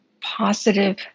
positive